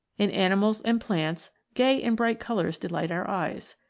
in animals and plants gay and bright colours delight our eyes.